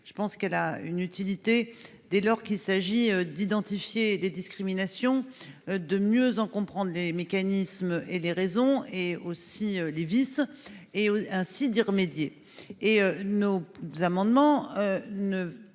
Je pense qu'elle a une utilité dès lors qu'il s'agit d'identifier des discriminations. De mieux en comprendre les mécanismes et les raisons et aussi les vices et à Sidi remédier et nos amendements ne